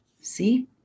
See